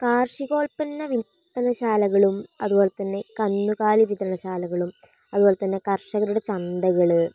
കാർഷിക ഉൽപ്പന്ന വിൽപ്പനശാലകളും അതുപോലെ തന്നെ കന്നുകാലി വിതരണശാലകളും അതുപോലെതന്നെ കർഷകരുടെ ചന്തകള്